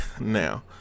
now